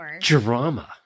drama